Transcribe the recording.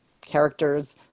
characters